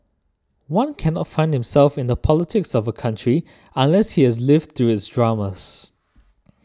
one can not find himself in the politics of a country unless he has lived through its dramas